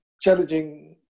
challenging